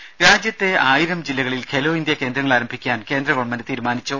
രുമ രാജ്യത്തെ ആയിരം ജില്ലകളിൽ ഖേലോ ഇന്ത്യ കേന്ദ്രങ്ങൾ ആരംഭിക്കാൻ കേന്ദ്ര ഗവൺമെന്റ് തീരുമാനിച്ചു